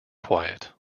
quiet